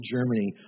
Germany